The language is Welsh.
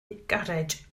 garej